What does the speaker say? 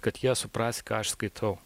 kad ją suprast ką aš skaitau